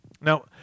Now